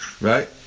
right